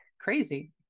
crazy